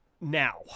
now